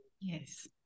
Yes